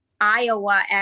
Iowa